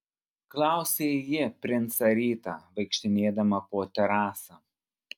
klausė ji princą rytą vaikštinėdama po terasą